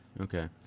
Okay